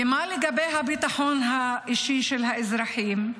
ומה לגבי הביטחון האישי של האזרחים?